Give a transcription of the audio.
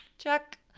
check.